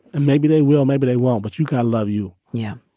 and maybe they will, maybe they won't, but you can i love you. yeah